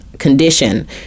condition